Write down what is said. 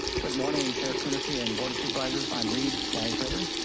good morning chair coonerty and board of supervisors. i'm reid geisreiter,